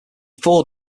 four